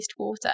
wastewater